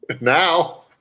now